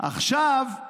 עכשיו,